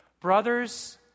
Brothers